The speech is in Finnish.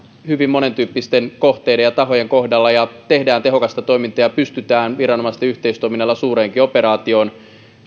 hyvin monen tyyppisten kohteiden ja tahojen kohdalla ja tehdään tehokasta toimintaa ja pystytään viranomaisten yhteistoiminnalla suureenkin operaatioon